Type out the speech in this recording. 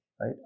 right